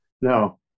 no